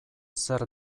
zer